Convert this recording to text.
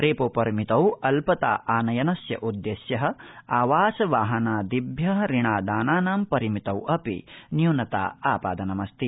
repo परिमितौ अल्पता आनयनस्य उद्देश्य आवास बाहनादिभ्य ऋणादानानां परिमितावपि न्यूनतापादनमस्ति